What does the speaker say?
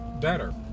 better